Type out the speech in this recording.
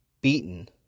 Beaten